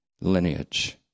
lineage